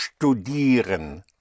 Studieren